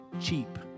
cheap